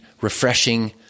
refreshing